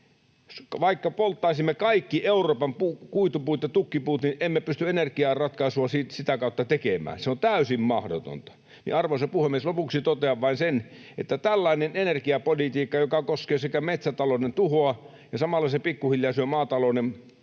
Vaikka polttaisimme kaikki Euroopan kuitupuut ja tukkipuut, niin emme pysty energiaratkaisua sitä kautta tekemään. Se on täysin mahdotonta. Arvoisa puhemies! Lopuksi totean vain sen, että tällainen energiapolitiikka koskee sekä metsätalouden tuhoa ja samalla se pikkuhiljaa syö maatalouden vielä